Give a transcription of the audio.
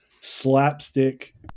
slapstick